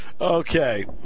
Okay